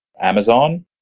Amazon